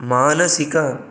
मानसिकम्